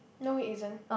no it isn't